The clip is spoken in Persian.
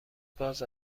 باز